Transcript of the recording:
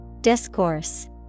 Discourse